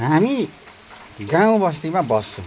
हामी गाउँबस्तीमा बस्छौँ